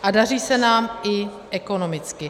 A daří se nám i ekonomicky.